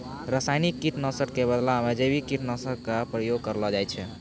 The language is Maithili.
रासायनिक कीट नाशक कॅ बदला मॅ जैविक कीटनाशक कॅ प्रयोग करना चाहियो